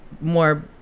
more